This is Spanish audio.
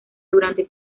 durante